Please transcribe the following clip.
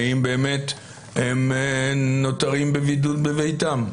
האם הם באמת נותרים בבידוד בביתם?